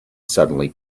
suddenly